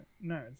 No